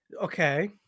Okay